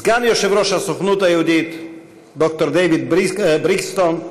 סגן יושב-ראש הסוכנות היהודית ד"ר דייוויד בריקסטון,